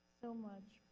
so much.